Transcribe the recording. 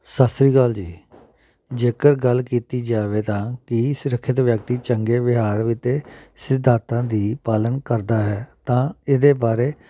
ਸਤਿ ਸ਼੍ਰੀ ਅਕਾਲ ਜੀ ਜੇਕਰ ਗੱਲ ਕੀਤੀ ਜਾਵੇ ਤਾਂ ਕੀ ਸੁਰੱਖਿਅਤ ਵਿਅਕਤੀ ਚੰਗੇ ਵਿਹਾਰ ਵੀਤੇ ਸਿਧਾਂਤਾਂ ਦੀ ਪਾਲਣ ਕਰਦਾ ਹੈ ਤਾਂ ਇਹਦੇ ਬਾਰੇ